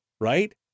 right